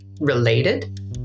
related